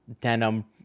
denim